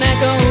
Echo